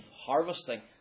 harvesting